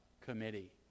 committee